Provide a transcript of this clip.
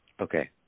Okay